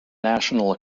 national